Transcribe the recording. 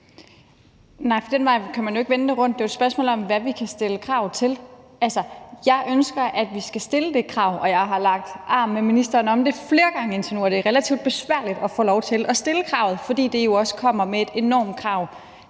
Nej, for den vej kan man jo ikke vende det rundt. Det er jo et spørgsmål om, hvad vi kan stille krav til. Jeg ønsker, at vi skal stille det krav, og jeg har lagt arm med ministeren om det flere gange indtil nu, og det er relativt besværligt at få lov til at stille kravet, fordi det jo også kommer med et enormt krav